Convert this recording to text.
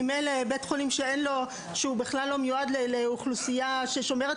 ממילא בית חולים שהוא בכלל לא מיועד לאוכלוסייה ששומרת